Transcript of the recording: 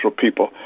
people